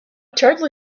terribly